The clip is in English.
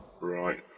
Right